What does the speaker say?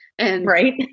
Right